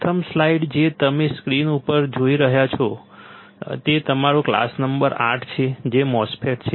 પ્રથમ સ્લાઇડ જે તમે સ્ક્રીન ઉપર જોઈ શકો છો અને તે તમારો ક્લાસ નંબર આઠ છે જે MOSFETs છે